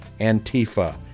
Antifa